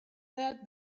that